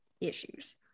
issues